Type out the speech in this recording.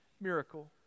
miracle